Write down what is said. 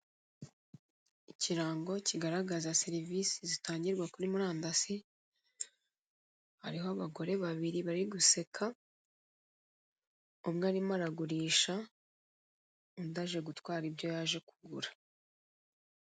Ikirango kigaragaz serivise zikorerwa kuri murandasi, hariho abagaore babairi bari guseka umwe arimo aragurisha undi aje gutwara ibyo yaje kugura.